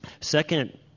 Second